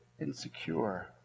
insecure